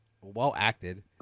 well-acted